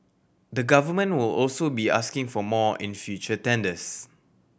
the Government will also be asking for more in future tenders